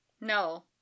No